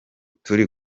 turi